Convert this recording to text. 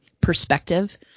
perspective